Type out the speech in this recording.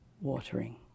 watering